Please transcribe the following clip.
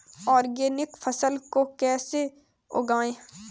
Organic फसल को कैसे उगाएँ?